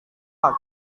pak